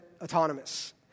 autonomous